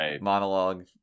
monologue